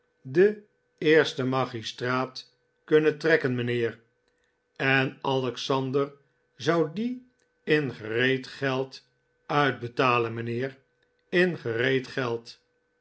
den eersten magistraat kunnen trekken mijnheer en alexander zou die in gereed geld uitbetalen mijnheer in gereed geld